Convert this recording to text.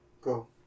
Go